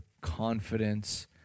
confidence